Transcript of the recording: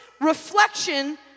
reflection